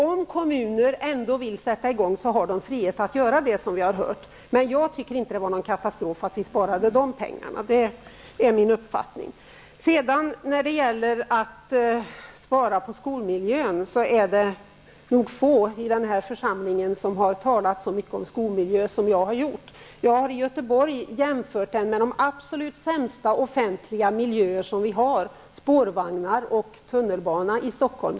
Om kommuner ändå vill sätta i gång har de den friheten. Jag tycker inte att det var någon katastrof att man gjorde dessa besparingar. Det är min uppfattning. I fråga om att spara in på skolmiljö är det nog få i denna församling som har talat så mycket om skolmiljö som jag har gjort. Jag har jämfört skolmiljön i Göteborg med de absolut sämsta offentliga miljöer som finns: spårvagnarna i Göteborg och tunnelbanan i Stockholm.